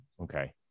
Okay